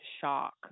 shock